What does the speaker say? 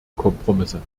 kompromisse